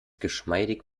geschmeidig